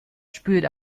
spült